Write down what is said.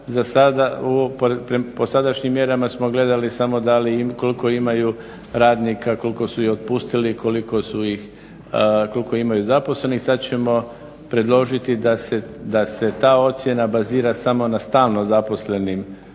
po sadašnjim mjerama smo gledali samo koliko imaju radnika, koliko su ih otpustili, koliko su ih, koliko imaju zaposlenih. Sad ćemo predložiti da se ta ocjena bazira samo na stalno zaposlenim,